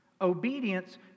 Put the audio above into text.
obedience